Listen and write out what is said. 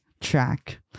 track